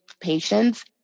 patients